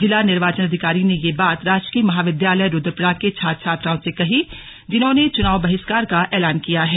जिला निर्वाचन अधिकारी ने यह बात राजकीय महाविद्यालय रूद्रप्रयाग के छात्र छात्राओं से कही जिन्होंने चुनाव बहिष्कार का ऐलान किया है